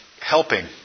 helping